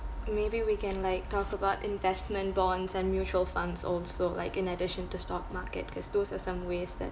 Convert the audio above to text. maybe we can like talk about investment bonds and mutual funds also like in addition to stock market cause those are some ways that